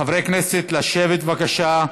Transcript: חברי הכנסת, לשבת בבקשה.